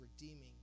redeeming